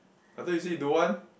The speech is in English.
I thought you say you don't want